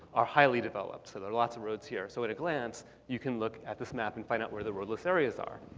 are highly developed. so there are lots of roads here. so at a glance, you can look at this map and find out where the roadless areas are.